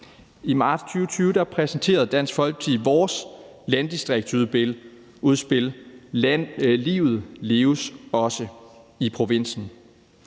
I marts 2020 præsenterede Dansk Folkeparti sit landdistriktsudspil »Livet leves også i provinsen«,